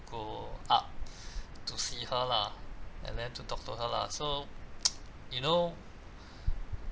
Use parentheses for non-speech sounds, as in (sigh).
go up to see her lah and then to talk to her lah so (noise) you know